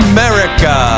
America